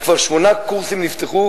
וכבר שמונה קורסים נפתחו,